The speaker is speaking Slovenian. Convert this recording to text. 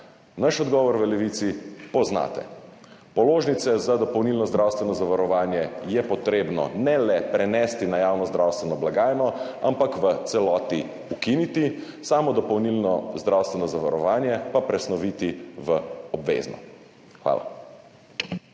Naš odgovor, v Levici, poznate. Položnice za dopolnilno zdravstveno zavarovanje je potrebno ne le prenesti na javno zdravstveno blagajno, ampak tudi v celoti ukiniti, samo dopolnilno zdravstveno zavarovanje pa presnoviti v obvezno. Hvala.